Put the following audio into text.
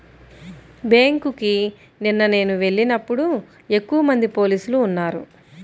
బ్యేంకుకి నిన్న నేను వెళ్ళినప్పుడు ఎక్కువమంది పోలీసులు ఉన్నారు